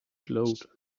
glowed